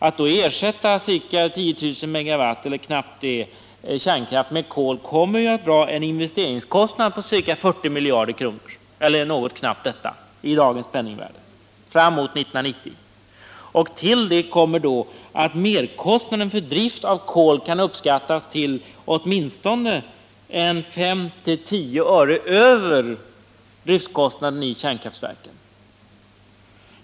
Att då ersätta närmare 10 000 MW kärnkraftbaserad el med elkraft från kol kommer att dra en investeringskostnad på nära 40 miljarder i dagens penningvärde framemot 1990. Till det kommer att merkostnaden för koldrift kan uppskattas till åtminstone 5-10 öre över driftkostnaden i kärnkraftverken.